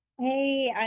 hey